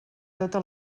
tota